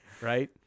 right